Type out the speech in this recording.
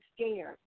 scared